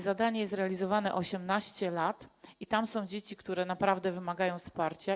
Zadanie jest realizowane 18 lat i dotyczy dzieci, które naprawdę wymagają wsparcia.